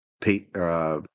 pay—